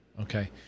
Okay